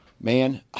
man